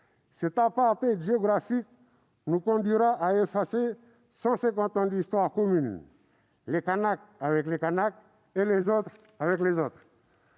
Cet apartheid géographique nous conduirait à effacer 150 ans d'histoire commune : les Kanaks avec les Kanaks, les autres avec les autres.